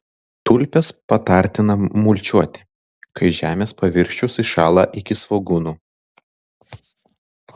tulpes patartina mulčiuoti kai žemės paviršius įšąla iki svogūnų